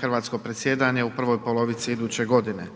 hrvatsko predsjedanje u prvoj polovici iduće godine.